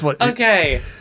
Okay